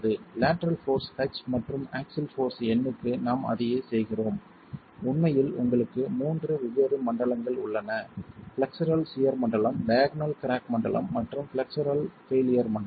lateral force H மற்றும் axial force N க்கு நாம் அதையே செய்கிறோம் உண்மையில் உங்களுக்கு மூன்று வெவ்வேறு மண்டலங்கள் உள்ளன ஃப்ளெக்சுரல் சியர் மண்டலம் டயாக்னல் கிராக் மண்டலம் மற்றும் ஃப்ளெக்சுரல் பெய்லியர் மண்டலம்